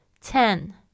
Ten